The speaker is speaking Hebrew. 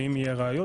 ואם יהיה ראיות,